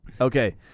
Okay